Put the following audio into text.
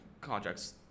contract's